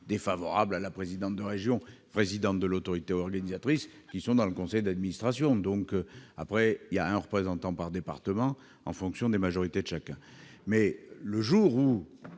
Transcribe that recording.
opposants à la présidente de région, présidente de l'autorité organisatrice, au sein du conseil d'administration. Et il y a un représentant par département, en fonction des majorités de chacun. Si nous